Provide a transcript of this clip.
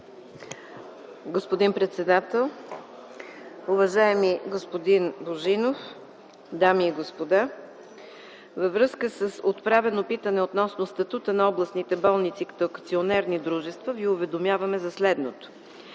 Господин председател, уважаеми господин Божинов, дами и господа! Във връзка с отправено питане относно статута на областните болници като акционерни дружества Ви уведомяваме за следното.